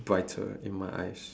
brighter in my eyes